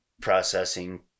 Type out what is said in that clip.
processing